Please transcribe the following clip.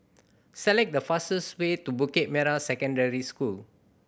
select the fastest way to Bukit Merah Secondary School